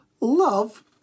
love